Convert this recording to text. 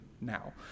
now